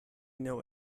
know